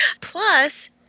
Plus